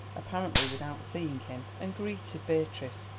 apparently without seeing him, and greeted beatrice,